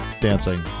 dancing